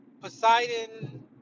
Poseidon